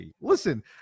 Listen